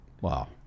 wow